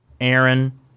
Aaron